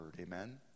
amen